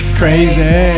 crazy